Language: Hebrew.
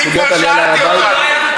על סוגיית העלייה להר-הבית,